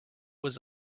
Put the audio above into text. was